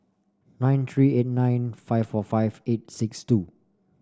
nine three eight nine five four five eight six two